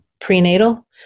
prenatal